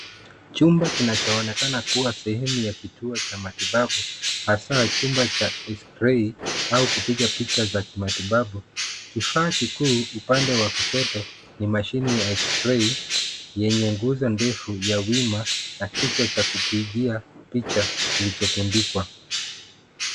Chumba kinachoonekana kuwa sehemu ya kituo cha matibabu hasa chumba cha eksirei au kupiga picha za matibabu. Kifaa kikuu upande wa kushoto ni mashine ya eksirei yenye nguzo ndefu ya wima na kichwa cha kupiga picha kilicho tundikwa.